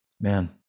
Man